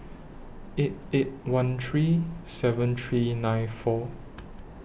eight eight one three seven three nine four